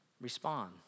respond